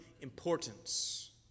importance